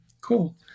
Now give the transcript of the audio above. Cool